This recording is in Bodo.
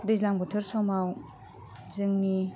दैज्लां बोथोर समाव जोंनि